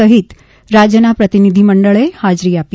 સહિત રાજ્યના પ્રતિનિધિમંડળે હાજરી આપી